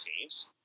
teams